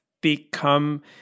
become